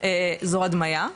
זו הדמיה.